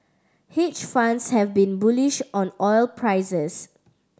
hedge funds have been bullish on oil prices